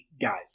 guys